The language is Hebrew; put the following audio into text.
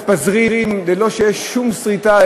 מתפזרים ללא שיש שום סריטה,